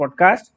podcast